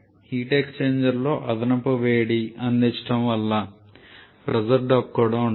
heat exchanger లో అదనపు వేడి అందించడం వల్ల ప్రెజర్ డ్రాప్ కూడా ఉంటుంది